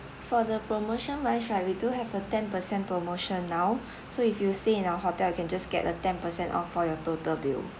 for the promotion wise right we do have a ten percent promotion now so if you stay in our hotel you can just get a ten percent of for your total bill